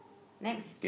next